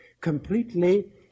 completely